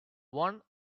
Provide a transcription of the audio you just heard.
one